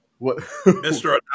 Mr